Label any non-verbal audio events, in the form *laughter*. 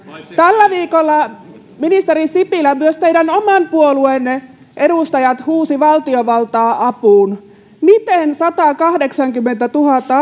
tällä viikolla ministeri sipilä myös teidän oman puolueenne edustajat huusivat valtiovaltaa apuun miten satakahdeksankymmentätuhatta *unintelligible*